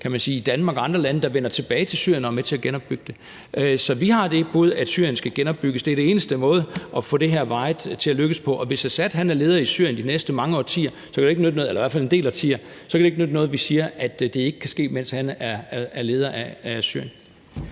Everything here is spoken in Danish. – er syrere i Danmark og andre lande, som vender tilbage til Syrien og er med til at genopbygge det. Så vi har det bud, at Syrien skal genopbygges. Det er den eneste måde til varigt at få det her til at lykkes, og hvis Assad er leder i Syrien i i hvert fald de næste en del årtier, kan det jo ikke nytte noget, at vi siger, at det ikke kan ske, mens han er leder af Syrien.